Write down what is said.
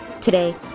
Today